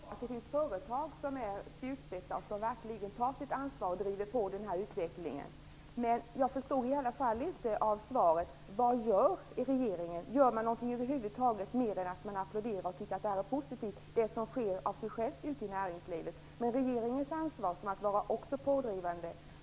Fru talman! Jag tycker att det är bra att det finns företag som är spjutspetsar och som verkligen tar sitt ansvar och driver på den här utvecklingen. Men jag förstår i alla fall inte av svaret vad regeringen gör. Gör man över huvud taget något mer än applåderar och tycker att det här är positivt? Det sker ju av sig självt i näringslivet. Men regeringens ansvar är också att vara pådrivande.